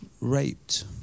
raped